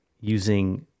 using